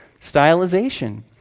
stylization